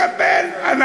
תקבל,